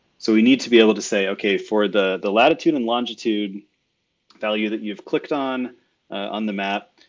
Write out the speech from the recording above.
so we need to be able to say, okay, for the the latitude and longitude value that you've clicked on on the map?